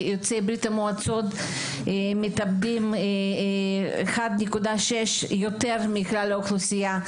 ויוצאי ברית המועצות מתאבדים בשיעור של 1.6% יותר מכלל האוכלוסייה.